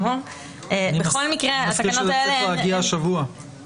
על פי החוק זה צריך להגיע השבוע.